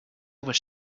was